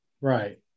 Right